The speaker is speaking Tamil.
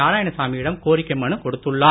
நாராயணசாமி யிடம் கோரிக்கை மனு கொடுத்துள்ளார்